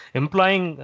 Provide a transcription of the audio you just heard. employing